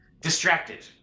distracted